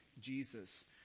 Jesus